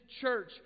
church